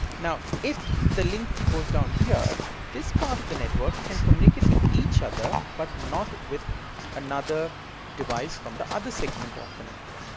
now if the link goes down here this part of the network can communicate the each other but not with another device from the other segment of the network.